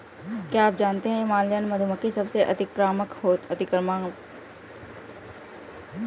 क्या आप जानते है हिमालयन मधुमक्खी सबसे अतिक्रामक होती है?